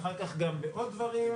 ואחר כך גם בעוד דברים,